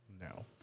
no